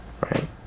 Right